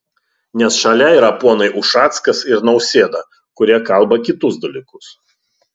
nes šalia yra ponai ušackas ir nausėda kurie kalba kitus dalykus